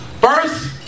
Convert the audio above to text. First